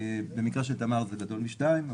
במקרה של תמר זה גדול משתיים,